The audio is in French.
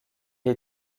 est